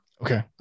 Okay